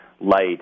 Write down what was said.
light